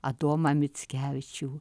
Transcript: adomą mickevičių